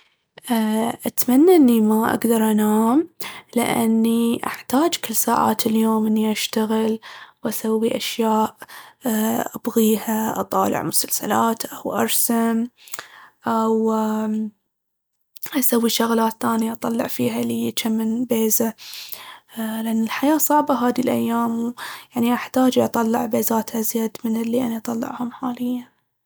أ- أتمنى اني ما اقدر انام لأني أحتاج كل ساعات النوم اني اشتغل وأسوي أشياء ابغيها. اطالع مسلسلات أرسم ا و اسوي شغلات ثانية أطلع فيها ليي جم من بيزة، لأن الحياة صعبة هاذي الأيام، اني احتاج أطلع بيزات أزيد من اني اللي اطلعهم حالياً.